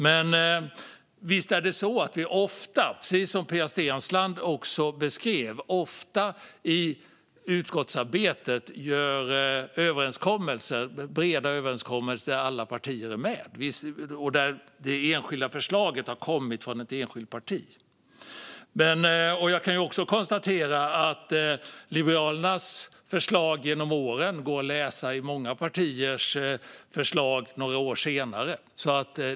Men visst gör vi, vilket Pia Steensland också beskrev, i utskottsarbetet ofta breda överenskommelser där alla partier är med och där förslaget har kommit från ett enskilt parti. Jag konstaterar också att förslag som Liberalerna har kommit med genom åren går att läsa i många andra partiers förslag några år senare.